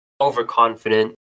overconfident